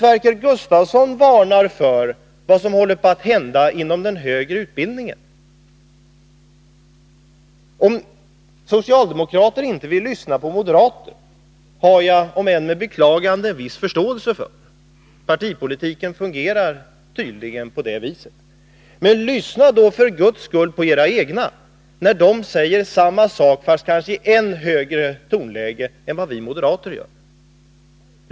Sverker Gustavsson varnar för vad som håller på att hända inom den högre utbildningen. Att socialdemokrater inte vill lyssna på moderater har jag om än med beklagande en viss förståelse för. Partipolitiken fungerar tydligen på det sättet. Men lyssna då för Guds skull på era egna, när de säger samma sak men kanske i ett högre tonläge än vi moderater använder.